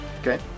Okay